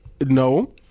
No